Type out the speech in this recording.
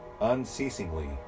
unceasingly